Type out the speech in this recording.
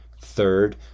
Third